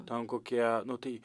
ten kokie nu tai